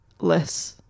less